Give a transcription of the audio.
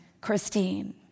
Christine